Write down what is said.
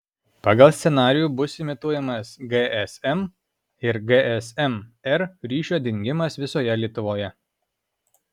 pagal scenarijų bus imituojamas gsm ir gsm r ryšio dingimas visoje lietuvoje